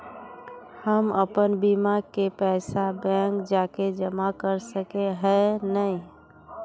हम अपन बीमा के पैसा बैंक जाके जमा कर सके है नय?